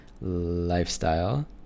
lifestyle